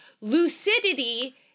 Lucidity